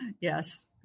Yes